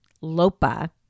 Lopa